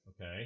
Okay